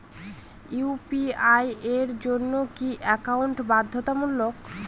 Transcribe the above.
UPI এর জন্য কি একাউন্ট বাধ্যতামূলক?